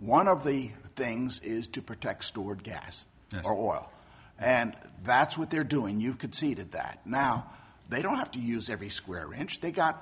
one of the things is to protect stored gas or oil and that's what they're doing you could see it at that now they don't have to use every square inch they got